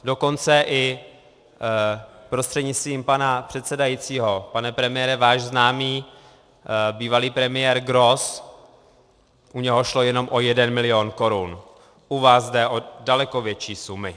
Dokonce i, prostřednictvím pana předsedajícího pane premiére, váš známý, bývalý premiér Gross, u něho šlo jenom o jeden milion korun, u vás jde o daleko větší sumy.